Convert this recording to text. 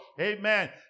Amen